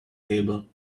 table